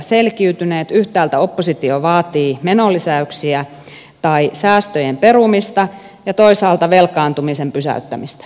yhtäältä oppositio vaatii menolisäyksiä tai säästöjen perumista ja toisaalta velkaantumisen pysäyttämistä